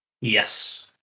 Yes